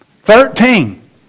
Thirteen